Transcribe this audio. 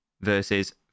versus